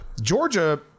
Georgia